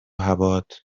حباط